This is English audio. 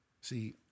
See